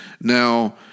Now